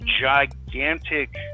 gigantic